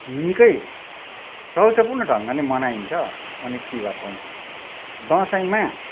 निकै रहस्यपूर्ण ढङ्गले मनाइन्छ अनि तिहार पनि दसैँमा